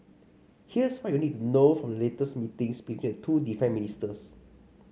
here's what you need to know from the latest meetings between the two defence ministers